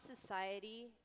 society